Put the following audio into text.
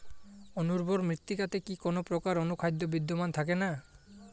অনুর্বর মৃত্তিকাতে কি কোনো প্রকার অনুখাদ্য বিদ্যমান থাকে না?